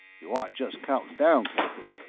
you aren't just countin' down, captain,